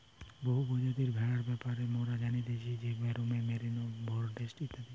বহু প্রজাতির ভেড়ার ব্যাপারে মোরা জানতেছি যেরোম মেরিনো, ডোরসেট ইত্যাদি